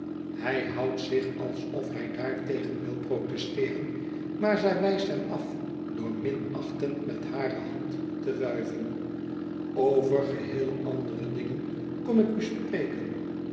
hij houdt zich alsof hij daartegen wil protesteeren maar zij wijst hem af door minachtend met hare hand te wuiven over geheel andere dingen kom ik u spreken